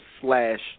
slash